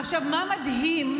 עכשיו, מה מדהים?